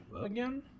again